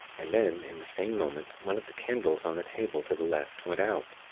and then, in the same moment, one of the candles on the table to the left went out.